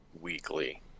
weekly